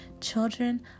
children